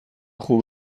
خوب